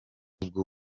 ubwo